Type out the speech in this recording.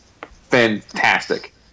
fantastic